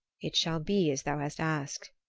it shall be as thou hast asked,